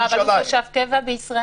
גם אם הוא תושב קבע בישראל?